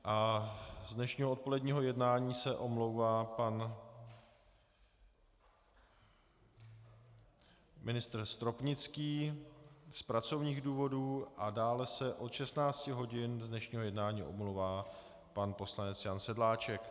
Z dnešního odpoledního jednání se omlouvá pan ministr Stropnický z pracovních důvodů a dále se od 16 hodin z dnešního jednání omlouvá pan poslanec Jan Sedláček.